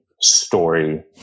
story